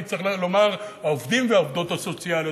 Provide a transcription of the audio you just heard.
ואני צריך לומר: העובדים והעובדות הסוציאליות,